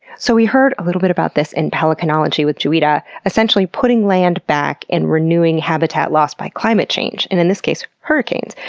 so we heard a little bit about this in pelicanology with juita, essentially putting land back and renewing habitat lost by climate change, and in this case, hurricanes.